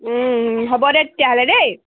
হ'ব দে তেতিয়াহ'লে দেই